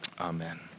Amen